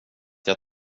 jag